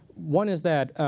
one is that